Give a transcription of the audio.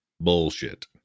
Bullshit